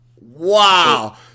Wow